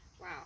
Wow